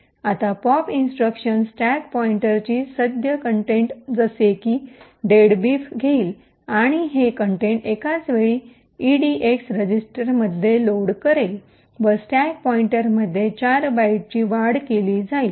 आता pop instruction stack पॉइंटरची सद्य कंटेंट जसे की डेडबीफ घेईल आणि हे कंटेंट एकाच वेळी इडीएक्स रजिस्टरमध्ये लोड करेल व स्टॅक पॉईंटरमध्ये 4 बाइट ची वाढ केली जाईल